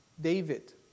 David